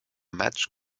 match